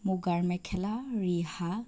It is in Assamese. মুগাৰ মেখেলা ৰিহা